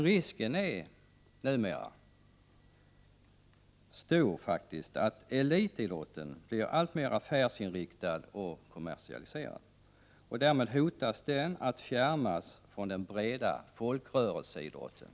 Risken är emellertid numera stor att elitidrotten blir alltmer affärsinriktad och kommersialiserad. Därmed hotar den att fjärmas från den breda folkrörelseidrotten.